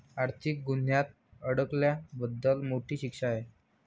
आर्थिक गुन्ह्यात अडकल्याबद्दल मोठी शिक्षा आहे